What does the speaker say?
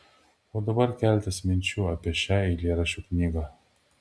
o dabar keletas minčių apie šią eilėraščių knygą